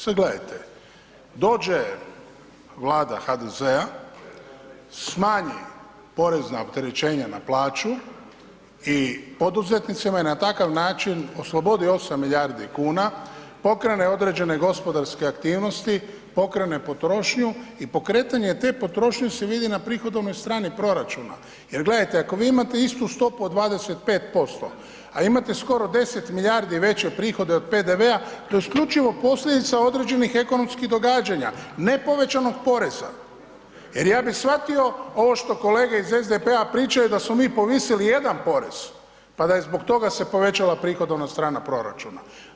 Sad gledajte, dođe Vlada HDZ-a, smanji porezna opterećenja na plaću i poduzetnicima i na takav način oslobodi 8 milijardi kuna, pokrene određene gospodarske aktivnosti, pokrene potrošnju i pokretanje te potrošnje se vidi na prihodovnoj strani proračuna, jer gledajte, ako vi imate istu stopu od 25%, a imate skoro 10 milijardi veće prihode od PDV-a, to je isključivo posljedica određenih ekonomskih događanja, ne povećanog poreza jer ja bi shvatio ovo što kolege iz SDP-a pričaju da smo mi povisili jedan porez, pa da je zbog toga se povećala prihodovna strana proračuna.